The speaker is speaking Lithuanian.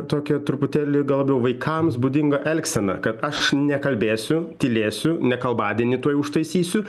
tokią truputėlį gal labiau vaikams būdingą elgseną kad aš nekalbėsiu tylėsiu nekalbadienį tuoj užtaisysiu